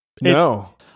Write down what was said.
No